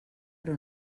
però